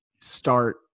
start